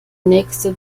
nächste